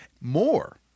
more